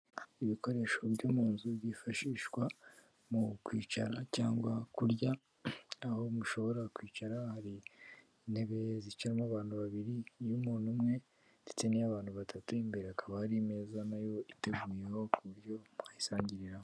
Ibikoresho byo mu nzu byifashishwa mu kwicara cyangwa kurya, aho mushobora kwicara hari intebe zicaramo abantu babiri, iy'umuntu umwe ndetse n'iy'abantu batatu, imbere hakaba hari imeza na yo iteguyeho ku buryo mwayisangiriraho.